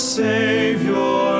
savior